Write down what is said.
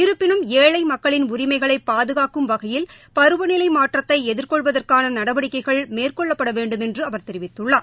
இருப்பினும் ஏழை மக்களின் உரிமைகளை பாதுகாக்கும் வகையில் பருவநிலை மாற்றத்தை எதிர்கொள்வதற்கான நடவடிக்கைகள் மேற்கொள்ளப்பட வேண்டுமென்று அவர் தெரிவித்துள்ளார்